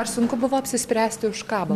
ar sunku buvo apsispręsti už ką